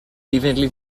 evenly